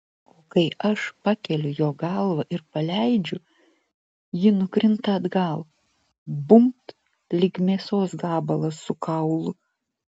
o kai aš pakeliu jo galvą ir paleidžiu ji nukrinta atgal bumbt lyg mėsos gabalas su kaulu